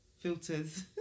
filters